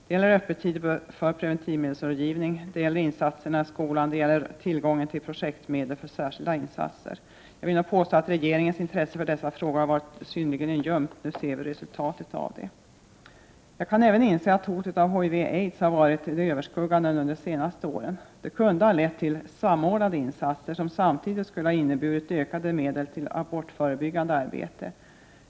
Det gäller öppettider för preventivmedelsrådgivning, det gäller insatserna i skolorna, det gäller tillgången till projektmedel för särskilda insatser. Jag vill nog påstå att regeringens intresse för dessa frågor har varit synnerligen ljumt. Nu ser vi resultatet av det. Jag kan även inse att hotet från HIV-aids har varit överskuggande under de senaste åren. Det kunde ha lett till samordnade insatser, som samtidigt skulle ha inneburit ökade medel till abortförebyggande arbete.